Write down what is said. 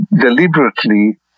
deliberately